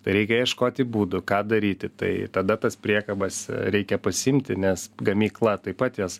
tai reikia ieškoti būdų ką daryti tai tada tas priekabas reikia pasiimti nes gamykla taip pat jas